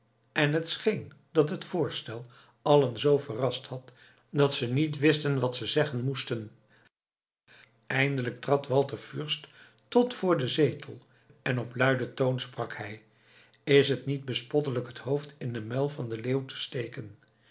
en het scheen dat het voorstel allen z verrast had dat ze niet wisten wat ze zeggen moesten eindelijk trad walter fürst tot voor den zetel en op luiden toon sprak hij is het niet bespottelijk het hoofd in den muil van den leeuw te steken